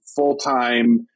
full-time